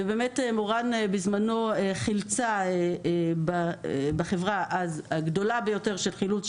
ובזמנו מורן חילצה בחברה הגדולה ביותר של חילוץ,